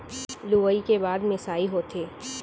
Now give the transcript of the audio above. लुवई के बाद मिंसाई होथे